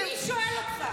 מי שואל אותך?